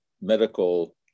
medical